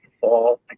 fall